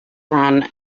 run